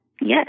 Yes